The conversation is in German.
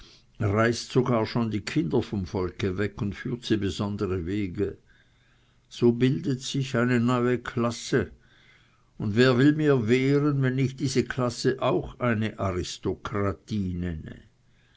reißt sogar schon die kinder vom volke weg und führt sie besondere wege so bildet sich eine neue klasse und wer will mir wehren wenn ich diese klasse auch eine aristokratie nenne